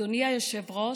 אדוני היושב-ראש,